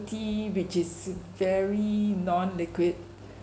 which is very non-liquid